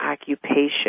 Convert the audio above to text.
occupation